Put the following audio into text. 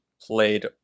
played